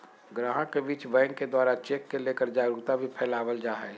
गाहक के बीच बैंक के द्वारा चेक के लेकर जागरूकता भी फैलावल जा है